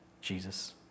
Jesus